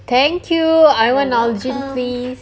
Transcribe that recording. thank you I want Nalgene please